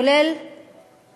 כולל